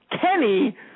Kenny